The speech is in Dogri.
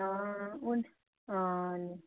आं हून आं